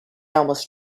almost